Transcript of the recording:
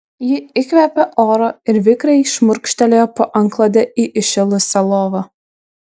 ji įkvėpė oro ir vikriai šmurkštelėjo po antklode į įšilusią lovą